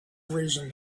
reason